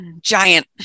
Giant